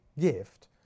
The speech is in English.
gift